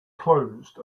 closed